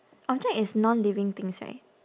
object is non living things right